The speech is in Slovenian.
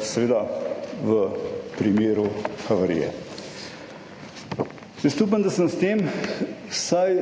seveda v primeru havarije. Jaz upam, da sem s tem vsaj